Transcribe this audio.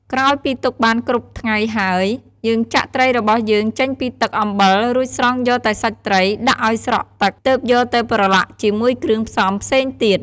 ក្រោយពីទុកបានគ្រប់ថ្ងៃហើយ យើងចាក់ត្រីរបស់យើងចេញពីទឹកអំបិល រួចស្រង់យកតែសាច់ត្រី ដាក់ឱ្យស្រក់ទឹក ទើបយកទៅប្រឡាក់ជាមួយគ្រឿងផ្សំផ្សេងទៀត។